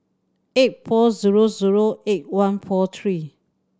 eight four zero zero eight one four three